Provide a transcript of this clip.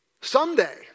Someday